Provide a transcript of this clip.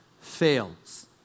fails